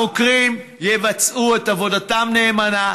החוקרים יבצעו את עבודתם נאמנה,